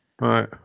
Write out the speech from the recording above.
right